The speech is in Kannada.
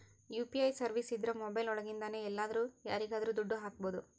ಯು.ಪಿ.ಐ ಸರ್ವೀಸಸ್ ಇದ್ರ ಮೊಬೈಲ್ ಒಳಗಿಂದನೆ ಎಲ್ಲಾದ್ರೂ ಯಾರಿಗಾದ್ರೂ ದುಡ್ಡು ಹಕ್ಬೋದು